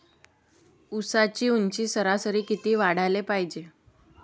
ऊसाची ऊंची सरासरी किती वाढाले पायजे?